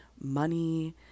money